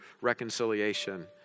reconciliation